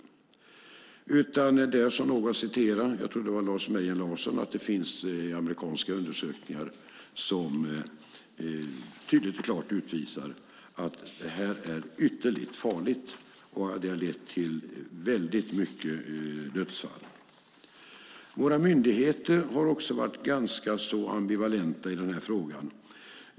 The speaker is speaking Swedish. Det är i stället som någon sade - jag tror att det var Lars Mejern Larsson - att det finns amerikanska undersökningar som tydligt och klart visar att detta är ytterligt farligt och har lett till väldigt många dödsfall. Våra myndigheter har också varit ganska ambivalenta i denna fråga.